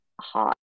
hot